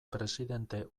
presidente